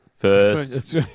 First